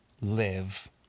live